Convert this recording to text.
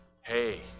hey